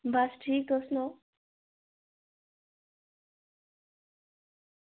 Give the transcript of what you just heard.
बस ठीक तुस सनाओ